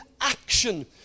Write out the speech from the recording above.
action